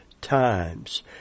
times